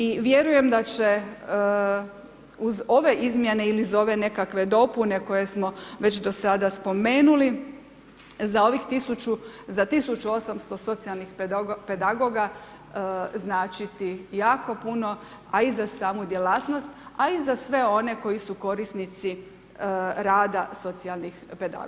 I vjerujem da će uz ove izmjene ili uz ove nekakve dopune koje smo već do sada spomenuli za 1800 socijalnih pedagoga značiti jako puno a i za samu djelatnost a i za sve one koji su korisnici rada socijalnih pedagoga.